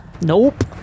Nope